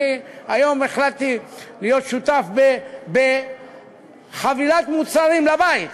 היום החלטתי להיות שותף בחבילת מוצרים לבית.